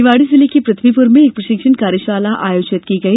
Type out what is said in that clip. निवाड़ी जिले के पृथ्वीपुर में एक प्रशिक्षण कार्यशाला आयोजित की गई